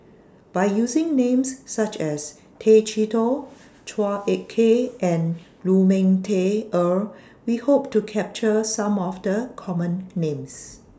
By using Names such as Tay Chee Toh Chua Ek Kay and Lu Ming Teh Earl We Hope to capture Some of The Common Names